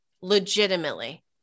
legitimately